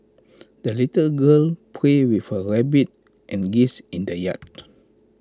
the little girl played with her rabbit and geese in the yard